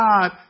God